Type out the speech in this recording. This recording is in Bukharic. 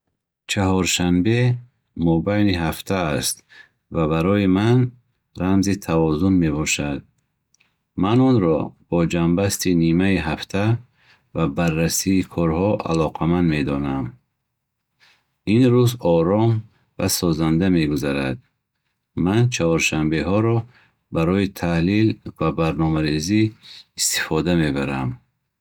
Чаҳоршанбе мобайни ҳафта аст ва барои ман рамзи тавозун мебошад. Ман онро бо ҷамъбасти нимаи ҳафта ва баррасии корҳо алоқаманд медонам. Ин рӯз ором ва созанда мегузарад. Ман чаҳоршанбеҳоро барои таҳлил ва барномарезӣ истифода мебарам.